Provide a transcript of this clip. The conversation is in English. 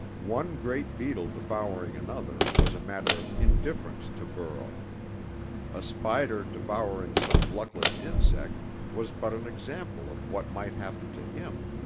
one great beetle devouring another was a matter of indifference to burl a spider devouring some luckless insect was but an example of what might happen to him.